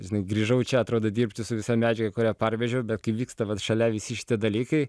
žinai grįžau čia atrodo dirbti su visa medžiaga kurią parvežiau bet kai vyksta vat šalia visi šitie dalykai